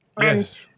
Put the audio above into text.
Yes